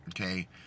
Okay